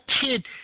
kid